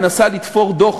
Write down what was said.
מנסה לתפור דוח